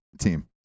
team